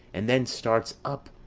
and then starts up,